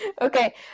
Okay